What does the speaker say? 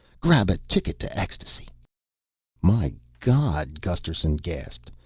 grab a ticket to ecstasy my god, gusterson gasped,